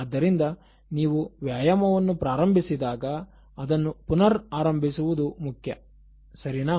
ಆದ್ದರಿಂದ ನೀವು ವ್ಯಾಯಾಮವನ್ನು ಪ್ರಾರಂಭಿಸಿದಾಗ ಅದನ್ನು ಪುನರ್ ಆರಂಭಿಸುವುದು ಮುಖ್ಯ ಸರಿನಾ